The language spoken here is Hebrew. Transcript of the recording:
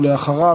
ואחריו,